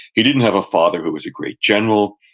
he didn't have a father who was a great general.